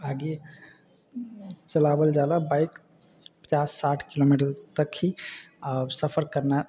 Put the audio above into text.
आगे चलावल जाला बाइक पचास साठि किलोमीटर तक ही सफर करना